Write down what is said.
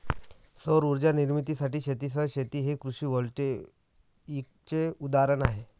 सौर उर्जा निर्मितीसाठी शेतीसह शेती हे कृषी व्होल्टेईकचे उदाहरण आहे